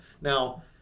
Now